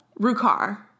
Rukar